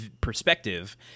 perspective